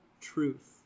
truth